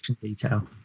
detail